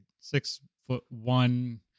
six-foot-one